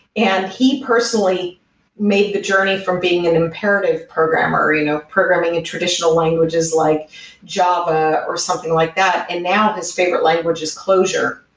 and he personally made the journey from being an imperative programmer, you know programming traditional languages like java or something like that, and now his favorite language is closure.